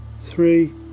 three